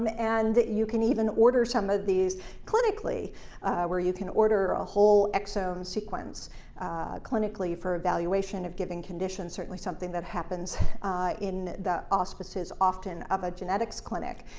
um and you can even order some of these clinically where you can order a whole exome sequence clinically for evaluation of given conditions, certainly something that happens in the auspices, often, of a genetics clinic.